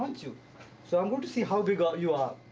to so um ah to see how big ah you are.